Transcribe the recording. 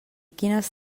quines